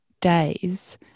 days